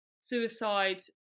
suicide